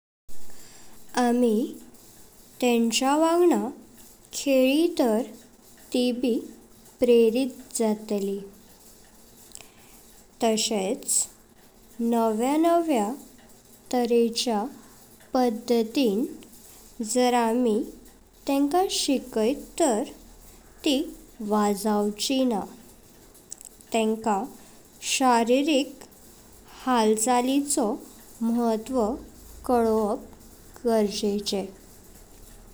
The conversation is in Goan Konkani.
आमी तेंचांवगदा खेळी तर ती ब प्रेरित जातली, तशेच नाव्या नाव्या तरेच्या पधतिन जर आमी तेंकाशिकेत तर ती वाजवचुनाय। तेंका शारीरिक हालचालीचो महत्वा कलोप गरजेचे।